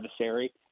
adversary